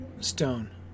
stone